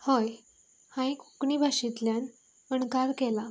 हय हांवेन कोंकणी भाशेंतल्यान अणकार केला